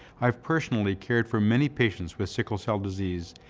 i've personally cared for many patients with sickle cell disease,